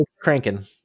cranking